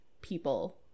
people